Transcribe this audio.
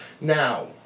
Now